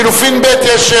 לחלופין ב' יש,